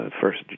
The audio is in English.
first